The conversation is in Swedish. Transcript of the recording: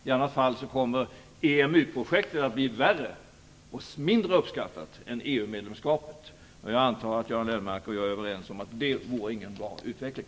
I annat fall kommer EMU-projektet att bli mindre uppskattat än EU-medlemskapet. Jag antar att Göran Lennmarker och jag är överens om att det inte vore någon bra utveckling.